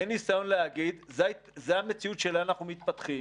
אין ניסיון להגיד: זה המציאות שאליה אנחנו מפתחים,